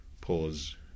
Pause